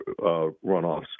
runoffs